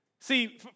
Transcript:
See